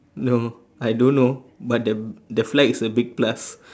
no I don't know but the the flag is a big plus